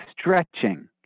stretching